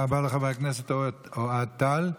תודה רבה לחבר הכנסת אוהד טל.